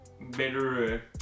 better